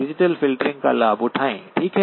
digital filtering का लाभ उठाएं ठीक है